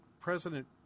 President